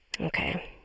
Okay